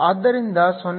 1 cm3